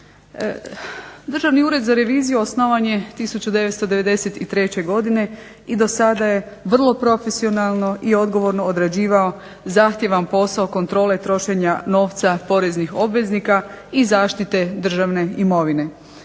Državni ured za reviziju osnovan je 1993. godine i do sada je vrlo profesionalno i odgovorno odrađivao zahtjevan posao kontrole trošenja novca poreznih obveznika i zaštite državne imovine.